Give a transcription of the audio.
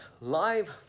live